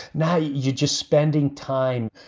now, you just spending time.